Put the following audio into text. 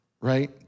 right